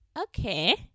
okay